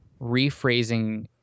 rephrasing